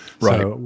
Right